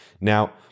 Now